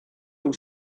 nhw